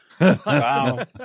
Wow